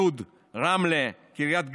לוד, רמלה, קריית גת,